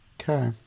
okay